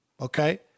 Okay